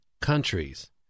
countries